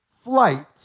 flight